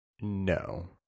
No